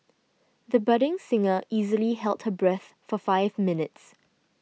the budding singer easily held her breath for five minutes